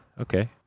okay